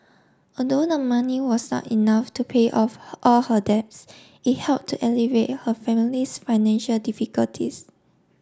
lthough the money was not enough to pay off all her debts it helped to alleviate her family's financial difficulties